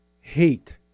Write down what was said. hate